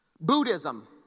Buddhism